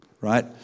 right